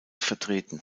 vertreten